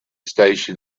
station